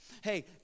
Hey